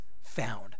found